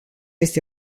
este